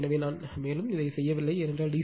எனவே நான் மேலும் செய்யவில்லை ஏனென்றால் டி